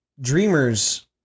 dreamers